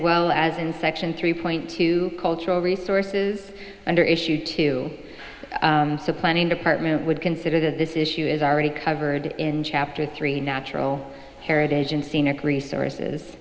well as in section three point two cultural resources under issue two so planning department would consider that this issue is already covered in chapter three natural heritage and scenic resources